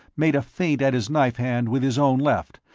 made a feint at his knife hand with his own left,